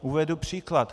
Uvedu příklad.